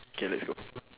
okay let's go